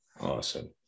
awesome